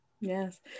Yes